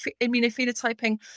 immunophenotyping